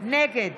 נגד